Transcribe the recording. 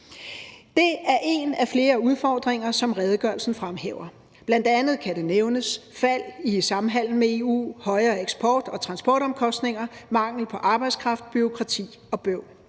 Det er en af flere udfordringer, som redegørelsen fremhæver. Bl.a. kan nævnes: fald i samhandelen med EU, højere eksport- og transportomkostninger, mangel på arbejdskraft og bureaukrati og bøvl.